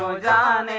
da